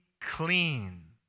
clean